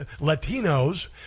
Latinos